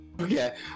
Okay